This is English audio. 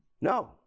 No